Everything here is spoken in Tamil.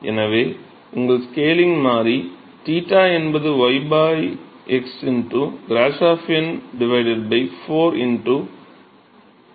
எனவே உங்கள் ஸ்கேலிங் மாறி 𝞱 என்பது y x க்ராஷோஃப் எண் 4 ¼